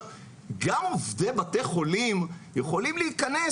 גם עובדי בתי חולים יכולים להיכנס